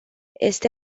este